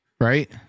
right